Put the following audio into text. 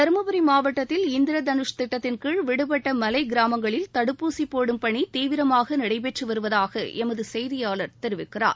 தருமபுரி மாவட்டத்தில் இந்திர தலுஷ் திட்டத்தின் கீழ் விடுபட்ட மலை கிராமங்களில் தடுப்பூசி போடும் பணி தீவிரமாக நடைபெற்று வருவதாக எமது செய்தியாளர் தெரிவிக்கிறார்